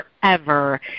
forever